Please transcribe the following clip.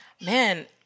man